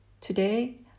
Today